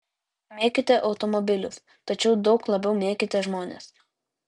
mėkite automobilius tačiau daug labiau mėkite žmones